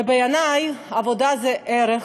ובעיני עבודה זה ערך,